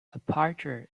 aperture